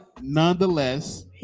nonetheless